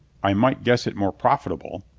i might guess it more profitable,